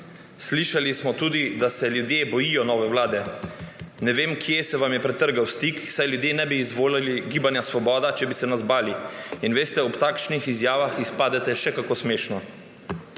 Slišali smo tudi, da se ljudje bojijo nove vlade. Ne vem, kje se vam je pretrgal stik, saj ljudje ne bi izvolili Gibanja Svoboda, če bi se nas bali. Veste, ob takšnih izjavah izpadete še kako smešno.